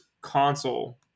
console